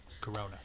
Corona